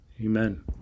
Amen